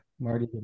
Marty